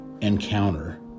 encounter